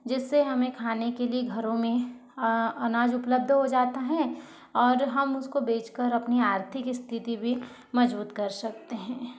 जिससे हमें खाने के लिए घरों में अनाज उपलब्ध हो जाता है और हम उसको बेचकर अपनी आर्थिक स्थिति भी मजबूत कर सकते हैं